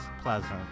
pleasant